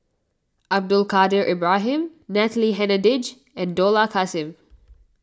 Abdul Kadir Ibrahim Natalie Hennedige and Dollah Kassim